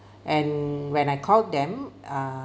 and when I called them err